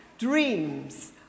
dreams